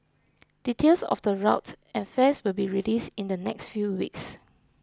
details of the route and fares will be released in the next few weeks